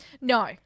no